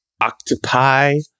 octopi